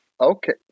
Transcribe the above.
Okay